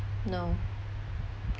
no